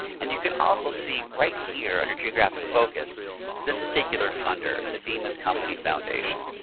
and you can also see right here under geographic focus this particular funder, the bemis company foundation,